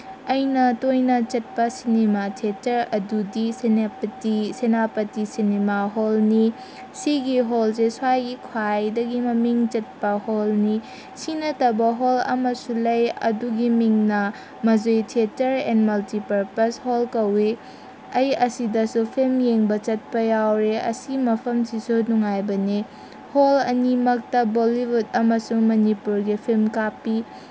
ꯑꯩꯅ ꯇꯣꯏꯅ ꯆꯠꯄ ꯁꯤꯅꯤꯃꯥ ꯊꯤꯌꯦꯇꯔ ꯑꯗꯨꯗꯤ ꯁꯦꯅꯥꯄꯇꯤ ꯁꯦꯅꯥꯄꯇꯤ ꯁꯤꯅꯤꯃꯥ ꯍꯣꯜꯅꯤ ꯁꯤꯒꯤ ꯍꯣꯜꯁꯦ ꯁ꯭ꯋꯥꯏꯒꯤ ꯈ꯭ꯋꯥꯏꯗꯒꯤ ꯃꯃꯤꯡ ꯆꯠꯄ ꯍꯣꯜꯅꯤ ꯁꯤ ꯅꯠꯇꯕ ꯍꯣꯜ ꯑꯃꯁꯨ ꯂꯩ ꯑꯗꯨꯒꯤ ꯃꯤꯡꯅ ꯃꯖꯨꯏ ꯊꯤꯌꯦꯇꯔ ꯑꯦꯟ ꯃꯜꯇꯤꯄꯔꯄꯁ ꯍꯣꯜ ꯀꯧꯋꯤ ꯑꯩ ꯑꯁꯤꯗꯁꯨ ꯐꯤꯜꯝ ꯌꯦꯡꯕ ꯆꯠꯄ ꯌꯥꯎꯔꯦ ꯑꯁꯤ ꯃꯐꯝꯁꯤꯁꯨ ꯅꯨꯡꯉꯥꯏꯕꯅꯦ ꯍꯣꯜ ꯑꯅꯤꯃꯛꯇ ꯕꯣꯂꯤꯋꯨꯠ ꯑꯃꯁꯨꯡ ꯃꯅꯤꯄꯨꯔꯒꯤ ꯐꯤꯜꯝ ꯀꯥꯞꯄꯤ